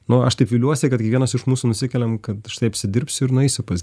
nu aš taip viliuosi kad kiekvienas iš mūsų nusikeliam kad štai apsidirbsiu ir nueisiu pas